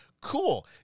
cool